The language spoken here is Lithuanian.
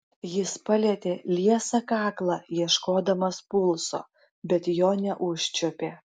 jis palietė liesą kaklą ieškodamas pulso bet jo neužčiuopė